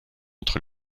entre